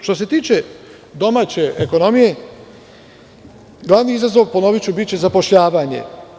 Što se tiče domaće ekonomije, glavni izazov, ponoviću, biće zapošljavanje.